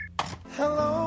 Hello